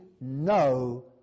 no